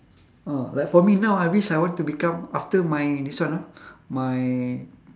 ah like for me now I wish I want to become after my this one ah my